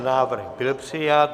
Návrh byl přijat.